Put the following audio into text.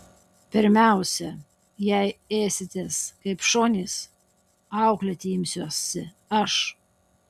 pirmiausia jei ėsitės kaip šunys auklėti imsiuosi aš